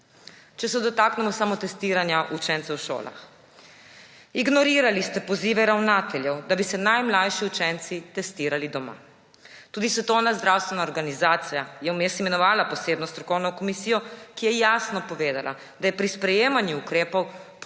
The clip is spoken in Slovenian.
Če se dotaknemo samotestiranja učencev v šolah. Ignorirali ste pozive ravnateljev, da bi se najmlajši učenci testirali doma. Tudi Svetovna zdravstvena organizacija je vmes imenovala posebno strokovno komisijo, ki je jasno povedala, da je pri sprejemanju ukrepov